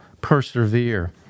persevere